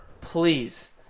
Please